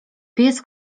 pies